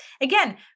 again